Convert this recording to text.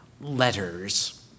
letters